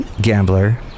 gambler